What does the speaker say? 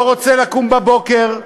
לא רוצה לקום בבוקר,